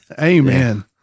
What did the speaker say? Amen